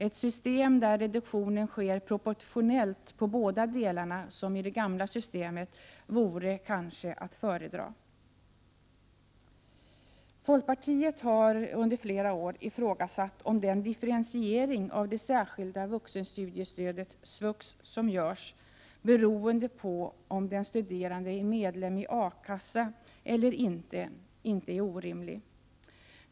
Ett system där reduktionen sker proportionellt på båda delarna, som enligt gamla systemet, vore kanske att föredra. Folkpartiet har under flera år ifrågasatt om den differentiering av det särskilda vuxenstudiestödet som görs, beroende på om den studerande är medlem av arbetslöshetskassa eller ej, inte är orimlig.